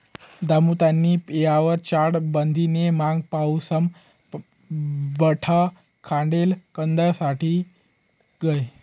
दामुतात्यानी येयवर चाळ बांधी नै मंग पाऊसमा बठा खांडेल कांदा सडी गया